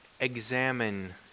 examine